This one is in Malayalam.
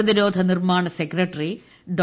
പ്രതിരോധ നിർമ്മാണ സെക്രട്ടറി ഡോ